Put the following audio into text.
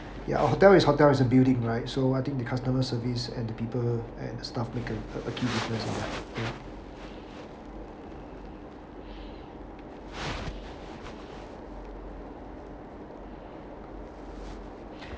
ya hotel is hotel is a building right so I think the customer service and the people and staff make the a big difference you know